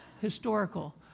historical